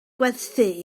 gwerthu